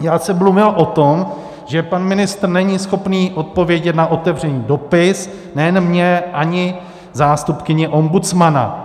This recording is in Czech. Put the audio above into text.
Já jsem mluvil o tom, že pan ministr není schopen odpovědět na otevřený dopis nejen mně, ani zástupkyni ombudsmana.